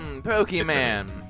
Pokemon